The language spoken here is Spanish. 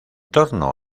torno